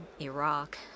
Iraq